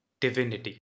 Divinity